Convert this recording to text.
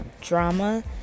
drama